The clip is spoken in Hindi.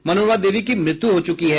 मनोरमा देवी की मृत्यु हो चुकी है